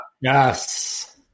Yes